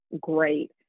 great